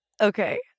Okay